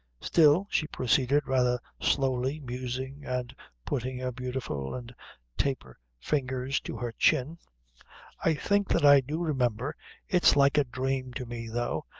still, she proceeded, rather slowly, musing and putting her beautiful and taper fingers to her chin i think that i do remember it's like a dhrame to me though,